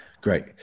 great